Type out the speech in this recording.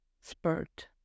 spurt